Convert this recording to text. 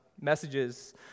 messages